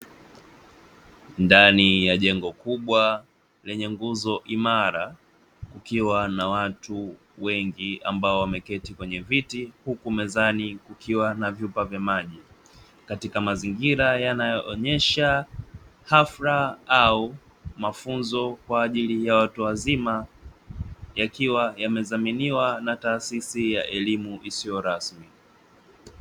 Ndani ya jengo kubwa lenye nguzo imara kukiwa na watu wengi ambao wameketi kwenye viti huku mezani kukiwa na vyupa vya maji, katika mazingira yanayoonyesha hafla au mafunzo kwa ajili ya watu wazima yakiwa imedhaminiwa na taasisi ya elimu isiyo rasmi.